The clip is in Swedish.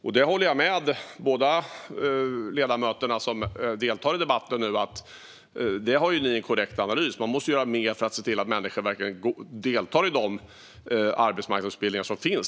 Jag håller med båda de ledamöter som deltar i debatten - de har en korrekt analys. Man måste göra mer för att se till att människor verkligen deltar i de arbetsmarknadsutbildningar som finns.